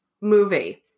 movie